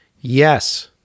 Yes